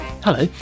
Hello